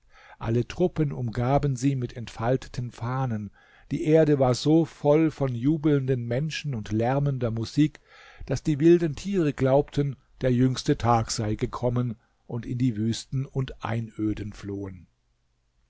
alle truppen umgaben sie mit entfalteten fahnen die erde war so voll von jubelnden menschen und lärmender musik daß die wilden tiere glaubten der jüngste tag sei gekommen und in die wüsten und einöden flohen